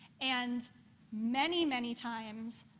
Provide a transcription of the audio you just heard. and many, many times,